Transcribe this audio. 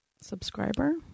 subscriber